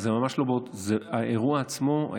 האירוע עצמו,